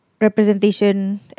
representation